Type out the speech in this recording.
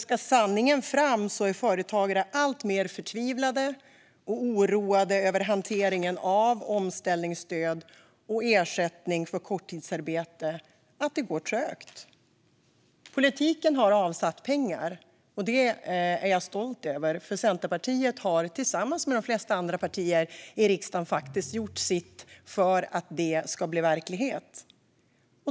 Ska sanningen fram är företagare alltmer förtvivlade och oroade över att hanteringen av omställningsstöd och ersättning för korttidsarbete går så trögt. Politiken har avsatt pengar, och jag är stolt över att Centerpartiet tillsammans med de flesta andra partier i riksdagen har gjort sitt för att detta ska bli verklighet.